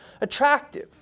attractive